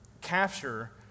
capture